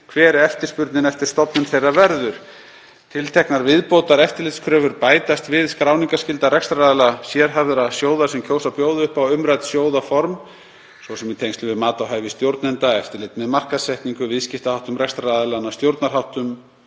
hver eftirspurnin eftir stofnun þeirra verður. Tilteknar viðbótareftirlitskröfur bætast við skráningarskylda rekstraraðila sérhæfðra sjóða sem kjósa að bjóða upp á umrædd sjóðaform, svo sem í tengslum við mat á hæfi stjórnenda, eftirlit með markaðssetningu, viðskiptaháttum rekstraraðilanna, stjórnarháttum,